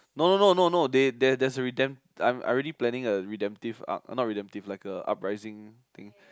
no no no no no they there is a redemp~ I already planning a redemptive arc not redemptive like a uprising thing